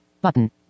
Button